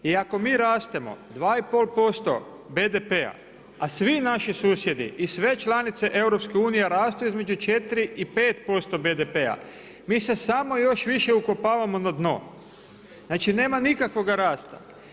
I ako mi rastemo 2,5% BDP-a, a svi naši susjedi i sve članice EU rastu između 4 i 5% BDP-a mi se samo još više ukopavamo na dno, znači nema nikakvog rasta.